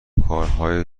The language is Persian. کارهای